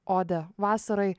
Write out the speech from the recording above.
odė vasarai